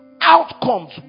outcomes